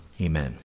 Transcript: Amen